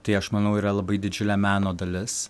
tai aš manau yra labai didžiulė meno dalis